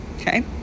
Okay